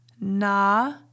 Na